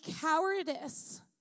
cowardice